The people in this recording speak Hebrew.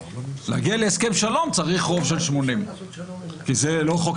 להגיע להסכם שלום צריך רוב של 80. כי זה לא חוק